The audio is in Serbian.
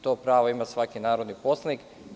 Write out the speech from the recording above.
To pravo ima svaki narodni poslanik.